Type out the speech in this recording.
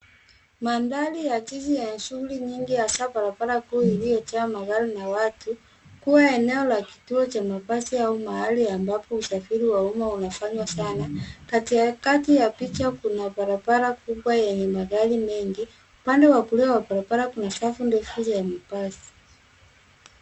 Mandhari ya jiji yana shughuli nyingi hasa barabara kuu iliyojaa magari na watu, kuwa eneo la kituo cha mabasi au mahali ambapo usafiri wa umma unafanywa sana. Katikati ya picha kuna barabara kubwa yenye magari mengi, upande wa kulia wa barabara kuna safu ndefu zenye magari.